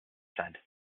said